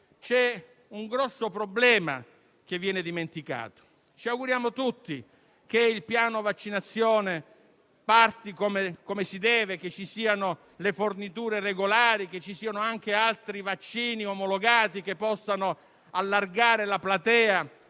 C'è un grosso problema che viene dimenticato. Ci auguriamo tutti che il piano delle vaccinazioni parta come si deve, che ci siano forniture regolari, che ci siano anche altri vaccini omologati che possano allargare la platea